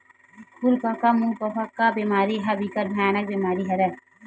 खुरपका मुंहपका बेमारी ह बिकट भयानक बेमारी हरय